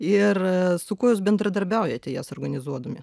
ir su kuo jūs bendradarbiaujate jas organizuodami